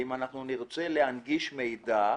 ושאם נרצה להנגיש מידע,